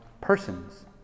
persons